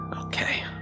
Okay